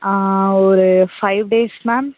ஆ ஒரு five days ma'am